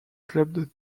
club